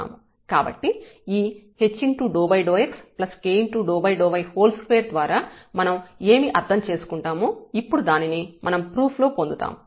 కాబట్టి ఈ h∂xk∂y2 ద్వారా మనం ఏమి అర్థం చేసుకుంటామో ఇప్పుడు దానిని మనం ప్రూఫ్ లో పొందుతాము